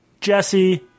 Jesse